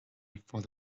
before